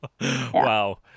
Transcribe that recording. Wow